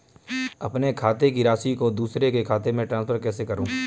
अपने खाते की राशि को दूसरे के खाते में ट्रांसफर कैसे करूँ?